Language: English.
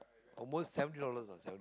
almost seventy dollars ah seven